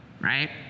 right